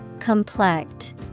Complex